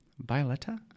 violetta